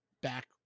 back